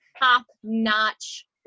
Top-notch